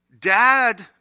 dad